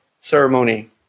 ceremony